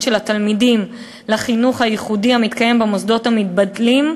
של התלמידים לחינוך הייחודי המתקיים במוסדות המתבדלים,